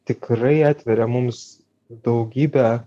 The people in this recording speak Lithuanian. tikrai atveria mums daugybę